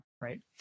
right